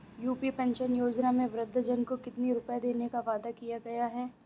UP pension योजना में वृद्धजन को कितनी रूपये देने का वादा किया गया है?